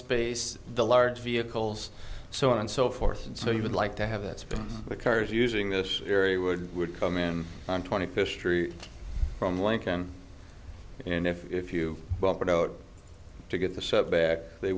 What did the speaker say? space the large vehicles so on and so forth and so you would like to have it the cars using this area would would come in on twenty fifth street from lincoln and if you well put out to get the setback they